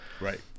right